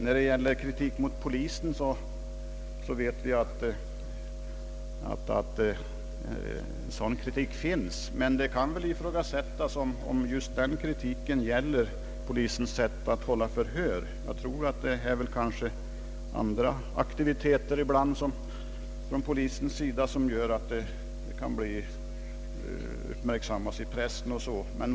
När det gäller kritik mot polisen vet vi att sådan kritik framförts, men det kan ifrågasättas om den kritiken gäller just polisens sätt att hålla förhör. Jag tror att det ibland är andra aktiviteter från polisens sida som uppmärksammas i pressen.